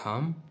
থাম